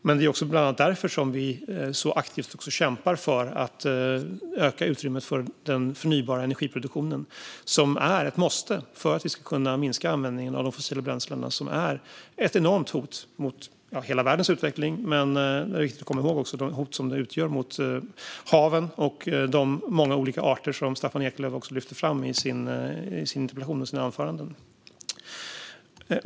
Det är också bland annat därför som vi så aktivt kämpar för att öka utrymmet för den förnybara energiproduktionen, som är ett måste för att vi ska kunna minska användningen av de fossila bränslena som är ett enormt hot mot hela världens utveckling men, vilket är viktigt att komma ihåg, också utgör ett hot mot haven och de många olika arter som Staffan Eklöf lyfter fram i sin interpellation och sina anföranden.